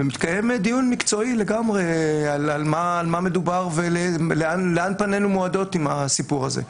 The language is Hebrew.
מתקיים דיון מקצועי לגמרי על מה מדובר ולאן פנינו מועדות עם הסיפור הזה.